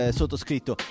sottoscritto